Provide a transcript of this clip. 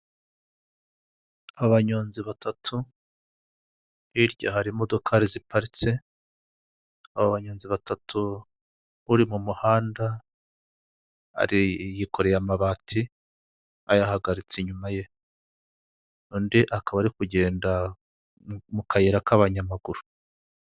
Abanyonzi batatu hirya hari imodokari ziparitse, aba banyonzi batatu uri mu muhanda yikoreye amabati, ayahagaritse inyuma ye, undi akaba ari kugenda mu kayira k'abanyamaguru.